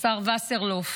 השר וסרלאוף,